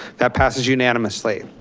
that passes unanimously.